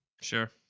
Sure